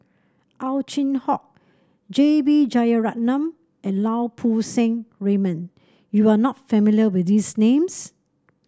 Ow Chin Hock J B Jeyaretnam and Lau Poo Seng Raymond you are not familiar with these names